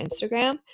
Instagram